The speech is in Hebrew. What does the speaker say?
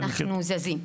אנחנו זזים.